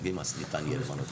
---, ניתן יהיה למנות.